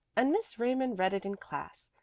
and miss raymond read it in class,